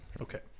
Okay